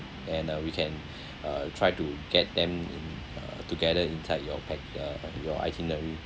and uh we can uh try to get them in uh together inside your pack uh your itinerary